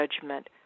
judgment